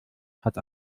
hat